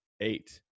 eight